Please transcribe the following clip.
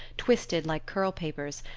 twisted like curl-papers,